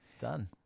Done